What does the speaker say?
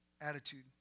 attitude